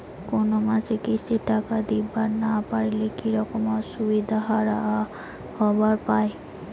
কোনো মাসে কিস্তির টাকা দিবার না পারিলে কি রকম অসুবিধা হবার পায়?